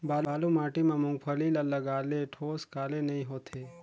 बालू माटी मा मुंगफली ला लगाले ठोस काले नइ होथे?